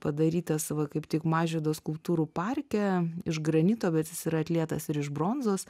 padarytas va kaip tik mažvydo skulptūrų parke iš granito bet jis yra atletas ir iš bronzos